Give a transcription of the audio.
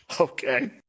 Okay